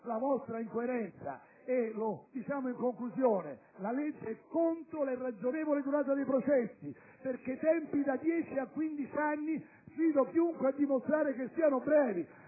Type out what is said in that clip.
la vostra incoerenza - lo diciamo in conclusione - la legge è contro la irragionevole durata dei processi, perché tempi da 10 a 15 anni sfido chiunque a dimostrare che siano brevi.